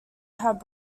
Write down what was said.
had